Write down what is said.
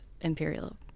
Imperial